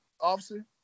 officer